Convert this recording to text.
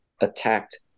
attacked